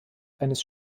eines